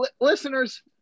Listeners